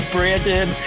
Brandon